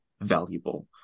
valuable